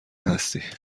هستی